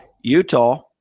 Utah